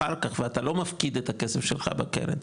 אחר כך ואתה לא מפקיד את הכסף שלך בקרן,